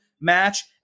match